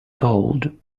cold